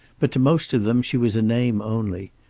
but to most of them she was a name only.